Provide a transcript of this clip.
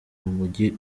umujyi